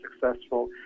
successful